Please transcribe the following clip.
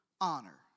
honor